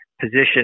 position